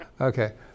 Okay